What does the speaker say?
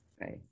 Right